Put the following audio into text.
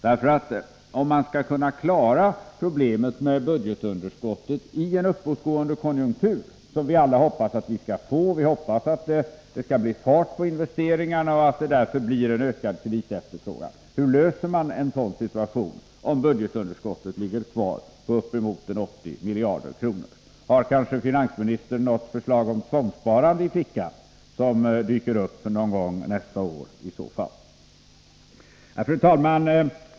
Hur klarar man problemet med budgetunderskottet i en uppåtgående konjunktur, som vi alla hoppas att vi skall få? Vi hoppas ju att det skall bli fart på investeringarna och att det därför blir en ökad kreditefterfrågan. Hur klarar man en sådan situation, om budgetunderskottet ligger kvar på uppemot 80 miljarder kronor? Har kanske finansministern något förslag om tvångssparande i fickan som dyker upp någon gång nästa år i så fall? Fru talman!